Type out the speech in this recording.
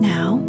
Now